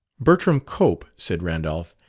bertram cope, said randolph.